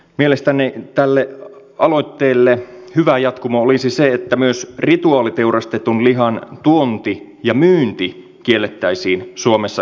mielestäni tälle aloitteelle hyvä jatkumo olisi se että myös rituaaliteurastetun lihan tuonti ja myynti kiellettäisiin suomessa kokonaan